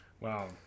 Wow